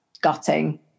gutting